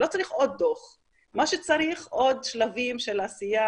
מה שצריך זה עוד שלבים של עשייה,